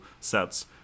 sets